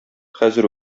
хәзер